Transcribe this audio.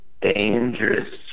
Dangerous